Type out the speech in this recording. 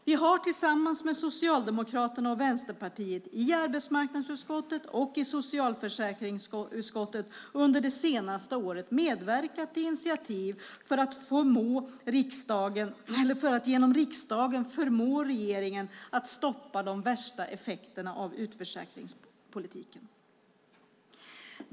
Vi har tillsammans med Socialdemokraterna och Vänsterpartiet i arbetsmarknadsutskottet och i socialförsäkringsutskottet under det senaste året medverkat till initiativ för att genom riksdagen förmå regeringen att stoppa de värsta effekterna av utförsäkringspolitiken.